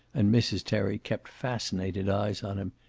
and mrs. terry kept fascinated eyes on him.